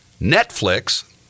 Netflix